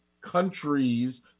countries